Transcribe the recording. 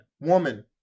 woman